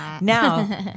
Now